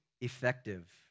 effective